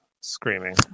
screaming